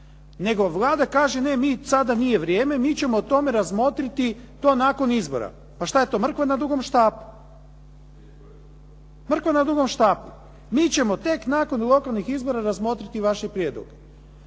Nego Vlada kaže ne, sada nije vrijeme, mi ćemo o tome razmotriti to nakon izbora. Pa šta je to mrkva na dugom štapu? Mrkva na dugom štapu. Mi ćemo tek nakon lokalnih izbora razmotriti vaše prijedloge.